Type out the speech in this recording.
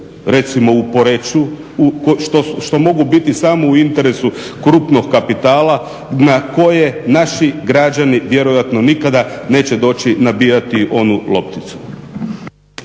recimo u Poreču, što mogu biti samo u interesu krupnog kapitala na koje naši građani vjerojatno nikada neće doći nabijati onu lopticu.